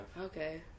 Okay